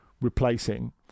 replacing